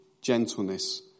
gentleness